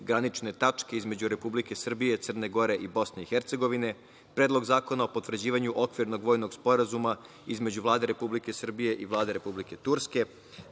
granične tačke između Republike Srbije, Crne Gore i BiH, Predlog zakona o potvrđivanju okvirnog vojnog sporazuma između Vlade Republike Srbije i Vlade Republike Turske,